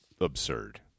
absurd